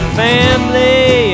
family